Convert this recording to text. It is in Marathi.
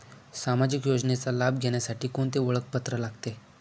सामाजिक योजनेचा लाभ घेण्यासाठी कोणते ओळखपत्र लागते?